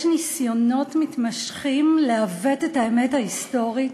ניסיונות מתמשכים לעוות את האמת ההיסטורית